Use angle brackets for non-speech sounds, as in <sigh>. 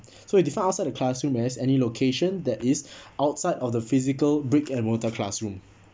so we define outside the classroom as any location that is <breath> outside of the physical brick and mortar classroom